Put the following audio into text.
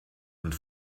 und